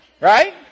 right